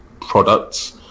products